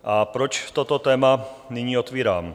A proč toto téma nyní otvírám?